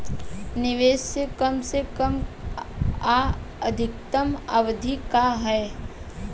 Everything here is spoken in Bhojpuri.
निवेश के कम से कम आ अधिकतम अवधि का है?